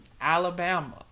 Alabama